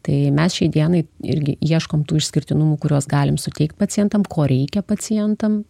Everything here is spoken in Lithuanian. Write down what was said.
tai mes šiai dienai irgi ieškom tų išskirtinumų kuriuos galim suteikt pacientam ko reikia pacientam